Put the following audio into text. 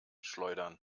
schleudern